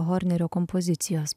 hornerio kompozicijos